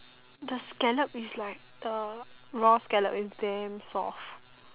the scallop it's like the raw scallop it's damn soft